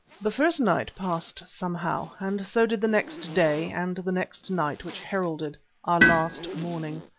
the first night passed somehow, and so did the next day and the next night which heralded our last morning.